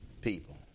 people